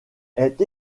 est